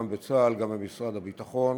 גם בצה"ל וגם במשרד הביטחון,